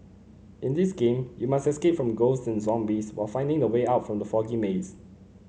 in this game you must escape from ghosts and zombies while finding the way out from the foggy maze